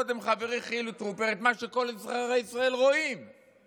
כל השיחה הזאת היא על עובדות.